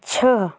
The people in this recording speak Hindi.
छः